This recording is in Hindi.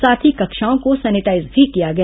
साथ ही कक्षाओं को सैनिटाईज भी किया गया